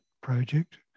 project